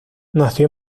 nació